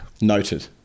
Noted